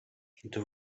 into